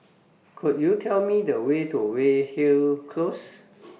Could YOU Tell Me The Way to Weyhill Close